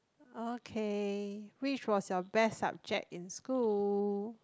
okay which was your best subject in school